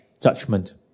judgment